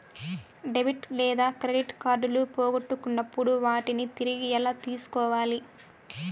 debit లేదా credit కార్డులు పోగొట్టుకున్నప్పుడు వాటిని తిరిగి ఎలా తీసుకోవాలి